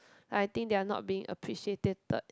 I think they are not being appreciated